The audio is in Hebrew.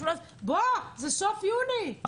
זה סוף יוני,